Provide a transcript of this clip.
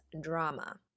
drama